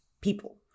people